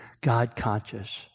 God-conscious